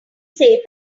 safe